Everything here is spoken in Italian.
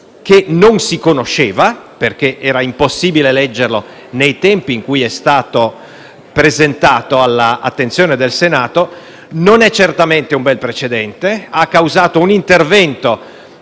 che non si conosceva, perché era impossibile leggerlo nei tempi in cui è stato presentato all'attenzione del Senato, non è certamente un bel precedente. Esso ha causato un intervento